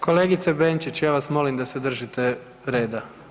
Kolegice Benčić, ja vas molim da se držite reda.